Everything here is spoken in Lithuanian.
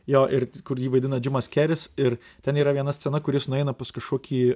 jo ir kur jį vaidina džimas keris ir ten yra viena scena kur jis nueina pas kažkokį